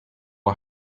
are